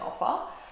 offer